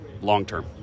long-term